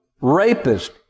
rapist